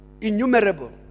Innumerable